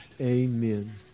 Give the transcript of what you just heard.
Amen